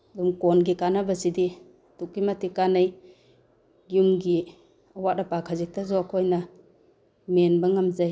ꯑꯗꯨꯝ ꯀꯣꯟꯒꯤ ꯀꯥꯟꯅꯕꯁꯤꯗꯤ ꯑꯁꯨꯛꯀꯤ ꯃꯇꯤꯛ ꯀꯥꯟꯅꯩ ꯌꯨꯝꯒꯤ ꯑꯋꯥꯠ ꯑꯄꯥ ꯈꯖꯤꯛꯇꯁꯨ ꯑꯩꯈꯣꯏꯅ ꯃꯦꯟꯕ ꯉꯝꯖꯩ